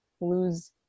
lose